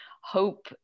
hope